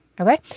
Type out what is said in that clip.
Okay